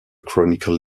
chronicle